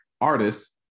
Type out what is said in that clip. artists